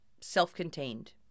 self-contained